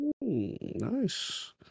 Nice